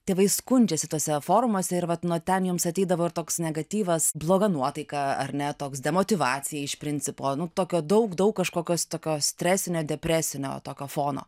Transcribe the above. tėvai skundžiasi tuose forumuose ir vat nuo ten jiems ateidavo ir toks negatyvas bloga nuotaika ar ne toks demotyvacija iš principo nu tokio daug daug kažkokios tokios stresinio depresinio tokio fono